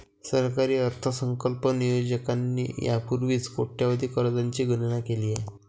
सरकारी अर्थसंकल्प नियोजकांनी यापूर्वीच कोट्यवधी कर्जांची गणना केली आहे